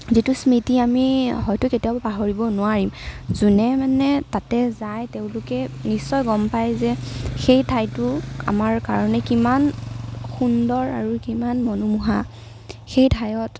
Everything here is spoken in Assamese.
যিটো স্মৃতি আমি হয়তো কেতিয়াও পাহৰিব নোৱাৰিম যোনে মানে তাতে যায় তেওঁলোকে নিশ্চয় গম পাই যে সেই ঠাইটো আমাৰ কাৰণে কিমান সুন্দৰ আৰু কিমান মনোমোহা সেই ঠাইত